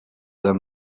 them